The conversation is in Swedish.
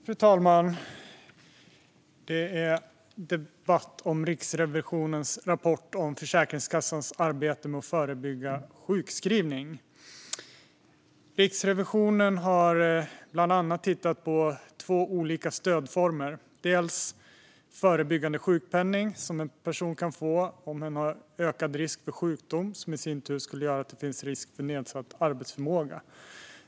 Fru talman! Det här är en debatt om Riksrevisionens rapport om Försäkringskassans arbete med att förebygga sjukskrivning. Riksrevisionen har bland annat tittat på två olika stödformer. Det ena stödet är förebyggande sjukpenning, som en person kan få om man har ökad risk för sjukdom som i sin tur skulle göra att det finns risk för nedsatt arbetsförmåga.